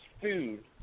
food